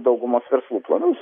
daugumos verslų planus